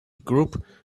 group